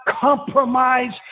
compromise